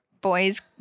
boys